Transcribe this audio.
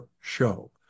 show